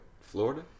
Florida